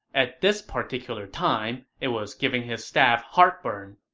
at this particular time it was giving his staff heartburn.